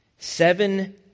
Seven